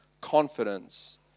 confidence